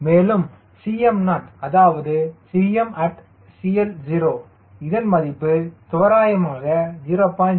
மேலும் Cm0 அதாவது at CL0 இதன் மதிப்பு தோராயமாக 0